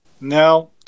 Now